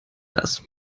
das